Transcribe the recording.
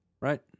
Right